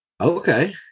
okay